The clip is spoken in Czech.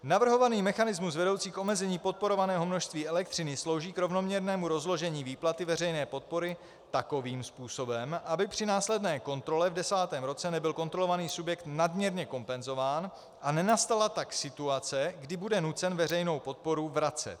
Navrhovaný mechanismus vedoucí k omezení podporovaného množství elektřiny slouží k rovnoměrnému rozložení výplaty veřejné podpory takovým způsobem, aby při následné kontrole v desátém roce nebyl kontrolovaný subjekt nadměrně kompenzován a nenastala tak situace, kdy bude muset veřejnou podporu vracet.